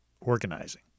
organizing